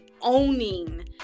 owning